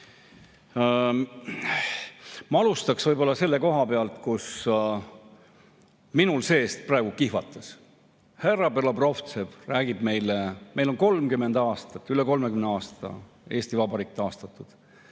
Ma alustaks võib-olla selle koha pealt, kus minul sees kihvatas. Härra Belobrovtsev räägib meile … Meil on 30 aastat, üle 30 aasta Eesti Vabariik taastatud